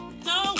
no